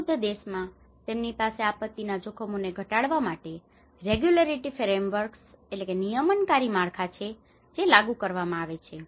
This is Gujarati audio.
સમૃદ્ધ દેશોમાં તેમની પાસે આપત્તિના જોખમોને ઘટાડવા માટે રેગ્યુલેટરી ફ્રેમવર્કસregulatory frameworksનિયમનકારી માળખા છે જે લાગુ કરવામાં આવે છે